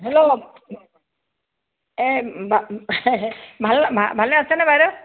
hello এই ভাল ভালে আছেনে বাইদেউ